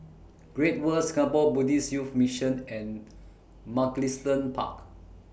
Great World Singapore Buddhist Youth Mission and Mugliston Park